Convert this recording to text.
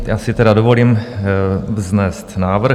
Já si dovolím vznést návrh.